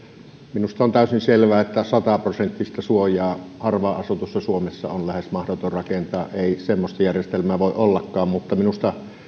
minusta on täysin selvää että sataprosenttista suojaa harvaan asutussa suomessa on lähes mahdoton rakentaa ei semmoista järjestelmää voi ollakaan mutta minusta